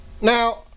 Now